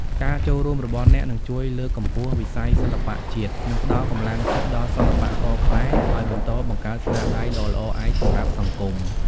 ការចូលរួមរបស់អ្នកនឹងជួយលើកកម្ពស់វិស័យសិល្បៈជាតិ និងផ្តល់កម្លាំងចិត្តដល់សិល្បករខ្មែរឲ្យបន្តបង្កើតស្នាដៃដ៏ល្អឯកសម្រាប់សង្គម។